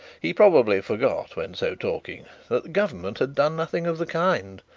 he probably forgot when so talking that government had done nothing of the kind,